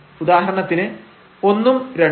ഉദാഹരണത്തിന് 1 ഉം 2 ഉം